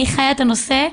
אני חיה את הנושא,